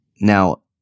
Now